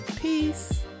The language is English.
peace